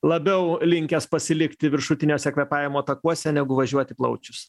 labiau linkęs pasilikti viršutiniuose kvėpavimo takuose negu važiuot į plaučius